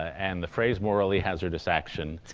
and the phrase morally hazardous action, it's